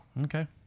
Okay